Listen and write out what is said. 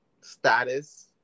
status